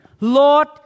Lord